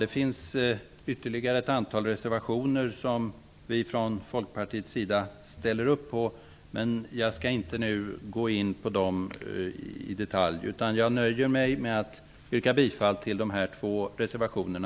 Det finns ytterligare ett antal reservationer som vi från Folkpartiets sida ställer upp på. Men jag skall nu inte gå in på dem i detalj. Jag nöjer mig med att yrka bifall till de här två reservationerna